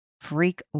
freak